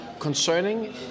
concerning